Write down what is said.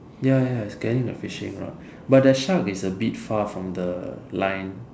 ya ya he's getting a fishing rod but the shark is a bit far from the line